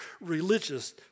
religious